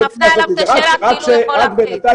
את מפנה אליו את השאלה כאילו הוא יכול להחליט.